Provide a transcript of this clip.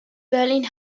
berlin